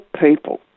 people